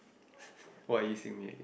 why are you seeing me again